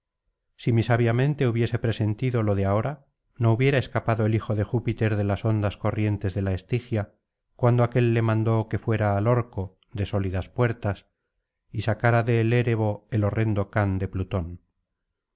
si mi sabia mente hubiese presentido lo de ahora no hubiera escapado el hijo de júpiter de las hondas corrientes de la estigia cuando aquél le mandó que fuera al orco de sólidas puertas y sacara del erebo el horrendo can de plutón